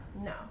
no